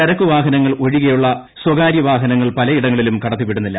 ചരക്ക് വാഹനങ്ങൾ ഒഴികെയുള്ള സ്വകാര്യ വാഹനങ്ങൾ പലയിടങ്ങളിലും കടത്തിവിടുന്നില്ല